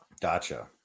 Gotcha